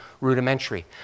rudimentary